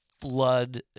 Flood